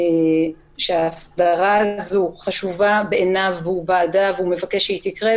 שההסדרה הזאת חשובה בעיניו, והוא מבקש שהיא תקרה.